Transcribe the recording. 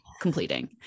completing